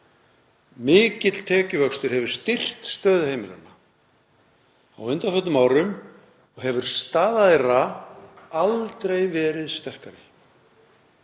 Mikill tekjuvöxtur hefur styrkt stöðu heimilanna á undanförnum árum og hefur staða þeirra aldrei verið sterkari.